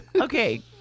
Okay